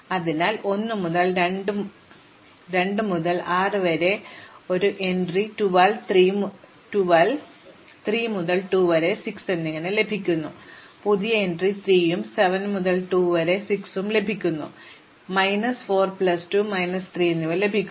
അതിനാൽ 1 മുതൽ 2 മുതൽ 6 വരെ അതിനാൽ എനിക്ക് ഒരു പുതിയ എൻട്രി 12 3 മുതൽ 2 മുതൽ 6 വരെ ലഭിക്കുന്നു അതിനാൽ എനിക്ക് പുതിയ എൻട്രി 3 ഉം 7 മുതൽ 2 മുതൽ 6 വരെയും ലഭിക്കുന്നു എനിക്ക് മൈനസ് 4 പ്ലസ് 2 മൈനസ് 3 ലഭിക്കുന്നു